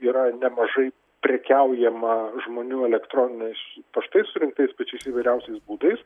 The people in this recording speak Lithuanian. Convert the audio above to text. yra nemažai prekiaujama žmonių elektroniniais paštais surinktais pačiais įvairiausiais būdais